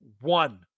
One